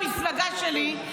הם אפילו לא מהמפלגה שלי.